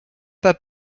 pas